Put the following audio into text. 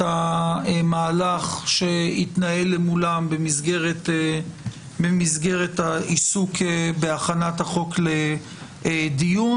המהלך שהתנהל מולם במסגרת העיסוק בהכנת החוק לדיון,